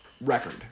record